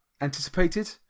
anticipated